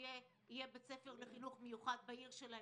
שיהיה בית ספר לחינוך מיוחד בעיר שלהם.